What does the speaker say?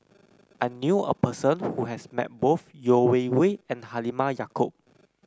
I knew a person who has met both Yeo Wei Wei and Halimah Yacob